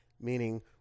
Meaning